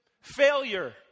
Failure